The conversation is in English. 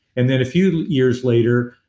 and then a few years later,